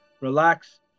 relax